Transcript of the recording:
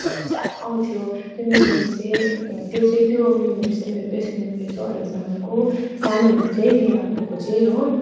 मजा आउँथ्यो त्यो मेमोरिस चाहिँ त्यो चाहिँ त्यो मेमोरिस मेरो बेस्ट मेमोरिस हो अहिलेसम्मको सानो हुँदा चाहिँ मेला गएको चाहिँ हो